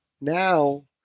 Now